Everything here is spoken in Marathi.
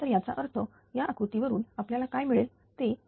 तर याचा अर्थ या आकृतीवरून आपल्याला काय मिळेल ते 1